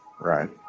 right